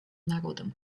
народом